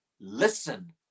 Listen